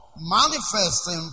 manifesting